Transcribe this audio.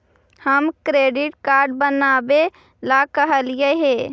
हम credit card बनावे ला कहलिऐ हे?